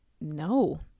No